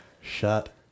shut